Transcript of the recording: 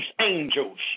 angels